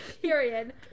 Period